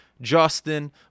Justin